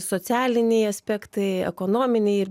socialiniai aspektai ekonominiai ir